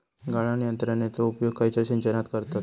गाळण यंत्रनेचो उपयोग खयच्या सिंचनात करतत?